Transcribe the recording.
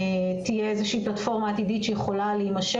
שתהיה איזושהי פלטפורמה עתידית שיכולה להימשך.